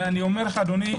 אדוני,